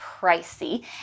pricey